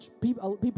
people